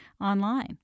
online